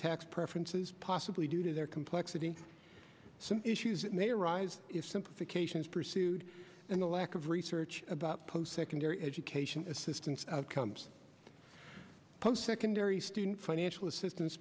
tax preferences possibly due to their complexity some issues that may arise if simplification is pursued and a lack of research about post secondary education assistance comes post secondary student financial assistance